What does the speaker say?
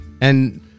And-